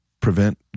prevent